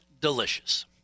delicious